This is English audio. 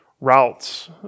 routes